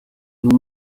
nous